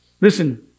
Listen